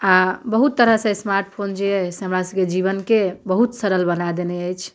आओर बहुत तरहसँ स्मार्ट फोन जे अइ से हमरा सभके जीवन के बहुत सरल बना देने अछि